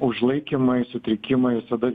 užlaikymai sutrikimai visada